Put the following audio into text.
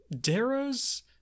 darrow's